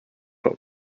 put